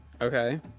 okay